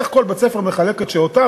איך כל בית-ספר מחלק את שעותיו,